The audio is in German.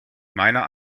meiner